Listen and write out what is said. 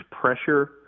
pressure